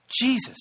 Jesus